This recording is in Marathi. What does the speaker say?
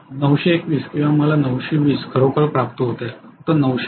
921 किंवा मला 920 खरोखर प्राप्त होत आहे फक्त 920